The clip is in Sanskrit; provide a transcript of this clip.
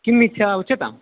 किम् इच्छा उच्यतां